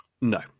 no